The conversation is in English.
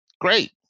great